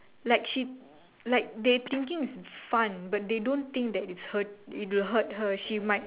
like she like they thinking it's fun but they don't think that it's hurt it will hurt her she might